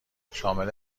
شامل